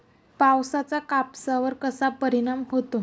पावसाचा कापसावर कसा परिणाम होतो?